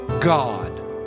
God